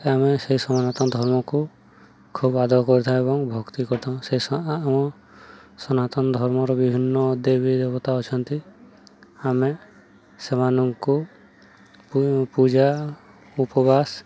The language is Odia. ଆମେ ସେଇ ସନାତନ ଧର୍ମକୁ ଖୁବ୍ ଆଦର କରିଥାଉ ଏବଂ ଭକ୍ତି କରିଥାଉ ସେ ଆମ ସନାତନ ଧର୍ମର ବିଭିନ୍ନ ଦେବୀ ଦେବତା ଅଛନ୍ତି ଆମେ ସେମାନଙ୍କୁ ପୂଜା ଉପବାସ